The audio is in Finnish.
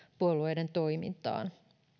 puolueiden toimintaan